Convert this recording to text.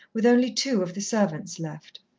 with only two of the servants left.